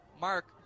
Mark